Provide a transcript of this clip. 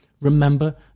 Remember